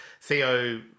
Theo